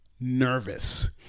nervous